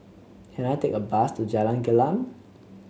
can I take a bus to Jalan Gelam